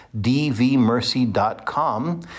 dvmercy.com